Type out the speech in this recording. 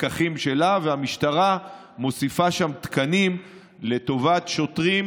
פקחים שלה והמשטרה מוסיפה שם תקנים לטובת שוטרים,